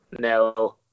No